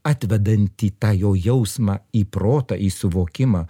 atvedanti tą jo jausmą į protą į suvokimą